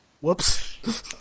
Whoops